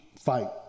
fight